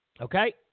okay